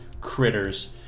Critters